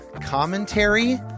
commentary